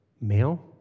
male